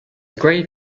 grave